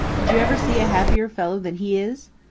did you ever see a happier fellow than he is?